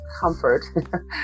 comfort